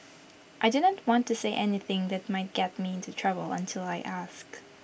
I do not want to say anything that might get me into trouble until I ask